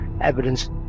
evidence